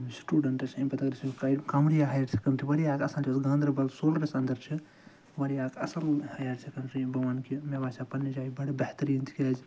students اَمہِ پَتہٕ اگر أسۍ وٕچھو قَمَریا ہَیَر سیٚکِنڈری گاندَربل اندر چھِ واریاہ اکھ اصٕل ہَیَر سیٚکَنڈری بہٕ وَنہٕ مےٚ باسیو پنٛنہِ جایہِ بَڑٕ بہتریٖن تکیازِ